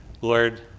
Lord